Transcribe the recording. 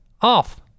off